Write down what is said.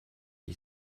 qui